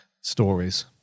stories